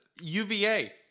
UVA